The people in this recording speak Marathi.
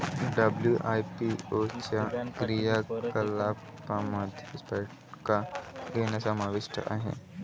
डब्ल्यू.आय.पी.ओ च्या क्रियाकलापांमध्ये बैठका घेणे समाविष्ट आहे